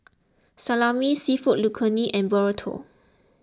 Salami Seafood Linguine and Burrito